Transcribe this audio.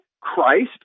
Christ